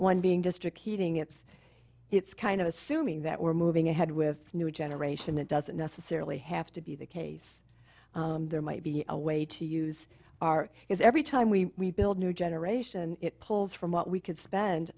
one being district heating it's it's kind of assuming that we're moving ahead with new generation it doesn't necessarily have to be the case there might be a way to use our is every time we build new generation it pulls from a we could spend